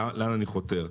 לאן אני חותר?